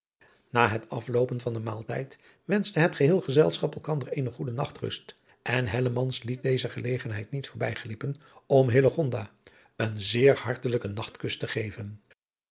na het afloopen van den maaltijd wenschte het geheel gezelschap elkander eene goede adriaan loosjes pzn het leven van hillegonda buisman nachtrust en hellemans liet deze gelegenheid niet voorbij glippen om hillegonda een zeer hartelijken nachtkus te geven